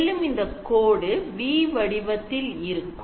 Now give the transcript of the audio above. மேலும் இந்தக் கோடு V வடிவத்தில் இருக்கும்